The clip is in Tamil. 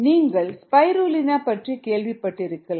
நீங்கள் ஸ்பைருலினா பற்றி கேள்விப்பட்டிருக்கலாம்